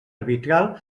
arbitral